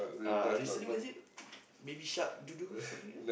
uh recently what is it baby shark do do something else